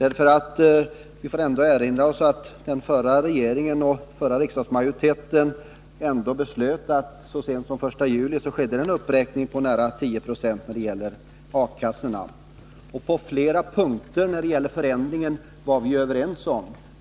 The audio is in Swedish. Låt mig erinra om att den förra regeringen och den förra riksdagsmajoriteten beslöt att det, så sent som den 1 juli i år, skulle ske en uppräkning med 10 96 av A-kassornas ersättningar. Det förelåg enighet beträffande flera punkter i detta beslut.